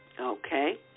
Okay